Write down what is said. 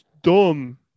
dumb